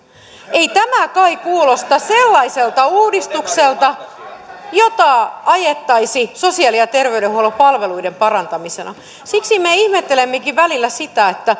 ei tämä kai kuulosta sellaiselta uudistukselta jota ajettaisiin sosiaali ja terveydenhuollon palveluiden parantamisena siksi me ihmettelemmekin välillä sitä